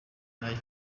nayo